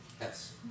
Yes